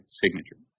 signature